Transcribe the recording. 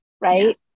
right